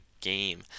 game